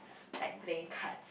like playing cards